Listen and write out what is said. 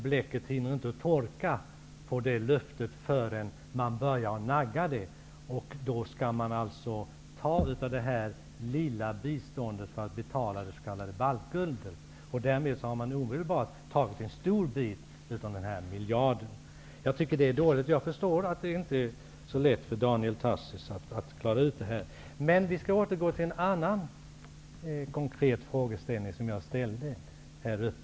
Bläcket hann inte torka på det löftet förrän man började nagga på det. Man tog från detta lilla bistånd för att betala det s.k. baltguldet, och därmed har man alltså omedelbart tagit en stor bit av denna miljard. Jag tycker att det är dåligt gjort. Jag förstår att det inte är så lätt för Daniel Tarschys att klara ut detta. Låt mig återgå till en annan konkret fråga som jag ställde.